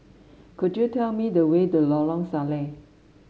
could you tell me the way to Lorong Salleh